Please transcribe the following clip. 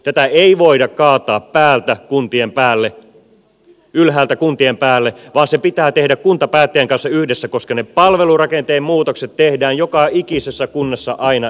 tätä ei voida kaataa ylhäältä kuntien päälle vaan se pitää tehdä kuntapäättäjien kanssa yhdessä koska ne palvelurakenteen muutokset tehdään joka ikisessä kunnassa aina erikseen